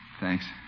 Thanks